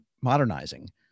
modernizing